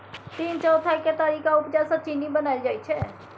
तीन चौथाई केतारीक उपजा सँ चीन्नी बनाएल जाइ छै